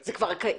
זה כבר קיים?